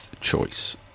choice